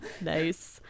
Nice